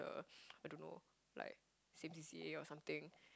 uh I don't know like same C_C_A or something